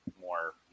more